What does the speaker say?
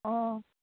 अ